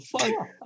fuck